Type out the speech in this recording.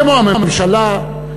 כמו הממשלה,